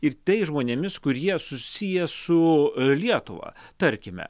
ir tais žmonėmis kurie susiję su lietuva tarkime